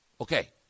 okay